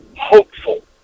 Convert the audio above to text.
Hopeful